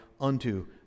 unto